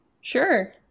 Sure